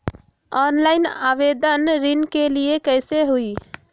Online आवेदन ऋन के लिए कैसे हुई?